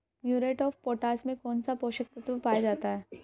Muriate of potash में कौन सा पोषक तत्व पाया जाता है?